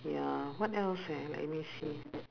ya what else eh let me see